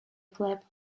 flap